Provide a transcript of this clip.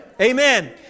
Amen